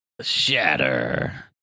Shatter